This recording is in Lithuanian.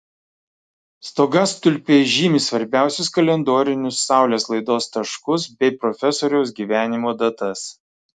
stogastulpiai žymi svarbiausius kalendorinius saulės laidos taškus bei profesoriaus gyvenimo datas